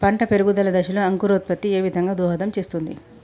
పంట పెరుగుదల దశలో అంకురోత్ఫత్తి ఏ విధంగా దోహదం చేస్తుంది?